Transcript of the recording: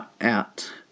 out